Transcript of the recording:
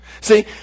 See